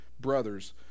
brothers